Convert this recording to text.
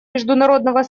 международного